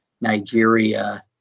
Nigeria